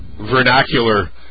vernacular